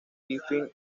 griffin